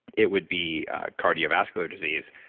it would be cardiovascular disease,